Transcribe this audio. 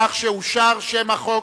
חברי הכנסת ג'מאל זחאלקה,